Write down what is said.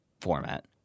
format